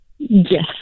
Yes